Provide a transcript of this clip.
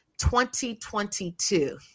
2022